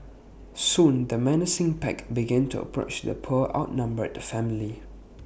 soon the menacing pack begin to approach the poor outnumbered family